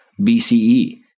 BCE